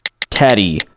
Teddy